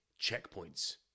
checkpoints